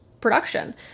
production